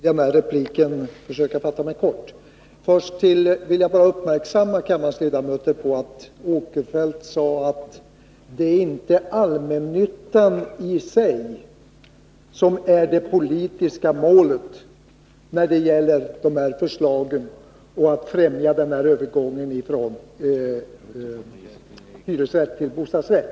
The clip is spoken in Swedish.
Herr talman! Jag skall också försöka fatta mig kort. Först vill jag bara göra kammarens ledamöter uppmärksamma på att Sven Eric Åkerfeldt sade att det inte är allmännyttan i sig som är det politiska målet i de här förslagen och Nr 162 när det gäller att främja övergången från hyresrätt till bostadsrätt.